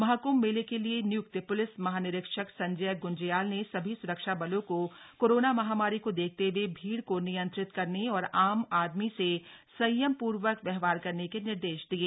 महाकृभ मेले के लिए नियुक्त प्लिस महानिरीक्षक संजय गूंज्याल ने सभी सुरक्षाबलों को कोरोना महामारी को देखते हए भीड़ को नियंत्रित करने और आम आदमी से संयम प्र्वक व्यवहार करने के निर्देश दिये